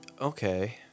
Okay